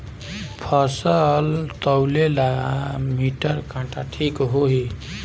फसल तौले ला मिटर काटा ठिक होही?